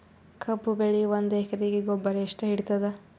ಕಬ್ಬು ಬೆಳಿ ಒಂದ್ ಎಕರಿಗಿ ಗೊಬ್ಬರ ಎಷ್ಟು ಹಿಡೀತದ?